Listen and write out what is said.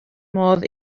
modd